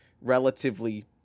relatively